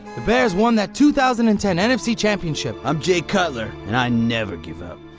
the bears won that two thousand and ten nfc championship. i'm jay cutler, and i never give up.